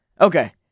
Okay